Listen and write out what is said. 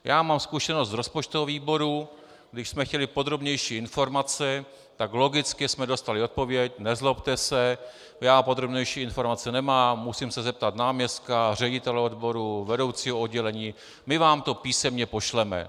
Já mám zkušenost z rozpočtového výboru, když jsme chtěli podrobnější informace, tak logicky jsme dostali odpověď: nezlobte se, já podrobnější informace nemám, musím se zeptat náměstka, ředitele odboru, vedoucího oddělení, my vám to písemně pošleme.